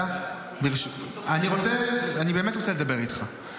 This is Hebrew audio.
אני באמת רוצה לדבר איתך.